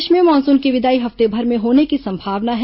प्रदेश में मानसून की विदाई हफ्तेभर में होने की संभावना है